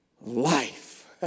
life